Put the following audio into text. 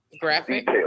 graphic